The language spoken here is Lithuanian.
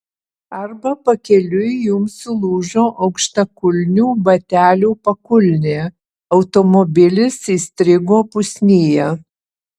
arba pakeliui jums sulūžo aukštakulnių batelių pakulnė automobilis įstrigo pusnyje